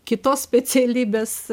kitos specialybės